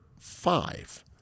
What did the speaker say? five